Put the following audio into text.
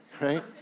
right